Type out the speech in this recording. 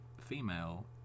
female